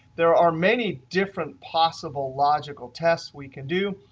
there are many different possible logical tests we can do.